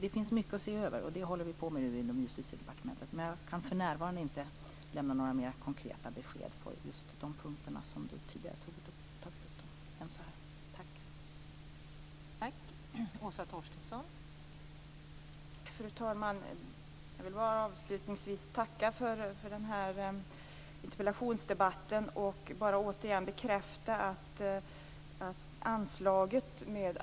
Det finns mycket att se över, och det håller vi på med just nu inom Justitiedepartementet.